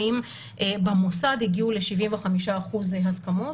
האם במוסד הגיעו ל-75% הסכמות,